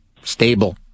stable